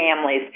families